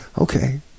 okay